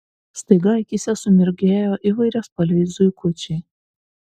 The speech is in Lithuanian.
staiga akyse sumirgėjo įvairiaspalviai zuikučiai